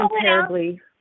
terribly